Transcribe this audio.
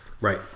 Right